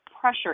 pressure